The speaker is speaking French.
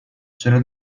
cela